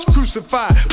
Crucified